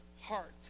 heart